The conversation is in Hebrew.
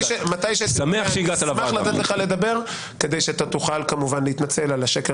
אשמח לתת לך לדבר כדי שתוכל כמובן להתנצל על השקר